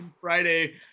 Friday